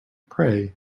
pray